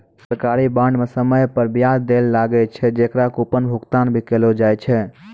सरकारी बांड म समय पर बियाज दैल लागै छै, जेकरा कूपन भुगतान भी कहलो जाय छै